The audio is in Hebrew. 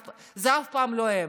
זה אף פעם לא הם.